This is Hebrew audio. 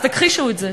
אז תכחישו את זה,